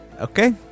Okay